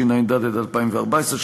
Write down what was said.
התשע"ד 2014,